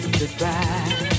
goodbye